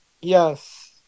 Yes